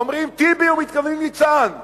אומרים "טיבי" ומתכוונים "ניצן הורוביץ"